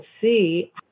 see